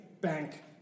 bank